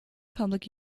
public